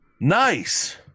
Nice